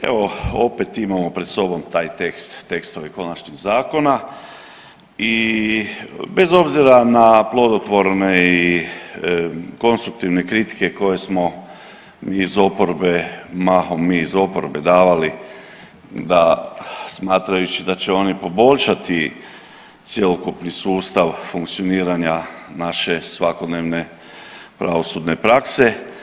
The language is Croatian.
Evo opet imamo pred sobom taj tekst, tekstove konačnih zakona i bez obzira na plodotvorne i konstruktivne kritike koje smo iz oporbe, mahom mi iz oporbe davali smatrajući da će oni poboljšati cjelokupni sustav funkcioniranja naše svakodnevne pravosudne prakse.